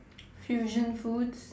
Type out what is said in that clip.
fusion foods